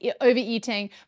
overeating